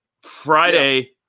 Friday